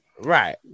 Right